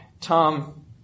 Tom